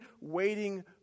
waiting